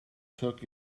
took